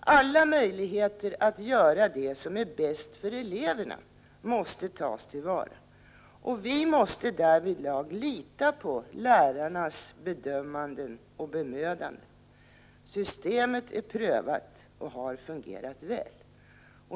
Alla möjligheter att göra det som är bäst för eleverna måste tas till vara, och vi måste därvidlag lita på lärarnas bedömningar och bemödanden. Systemet är prövat och har fungerat.